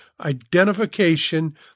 identification